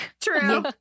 true